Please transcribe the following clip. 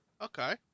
Okay